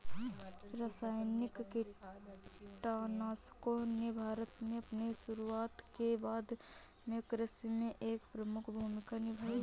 रासायनिक कीटनाशकों ने भारत में अपनी शुरूआत के बाद से कृषि में एक प्रमुख भूमिका निभाई हैं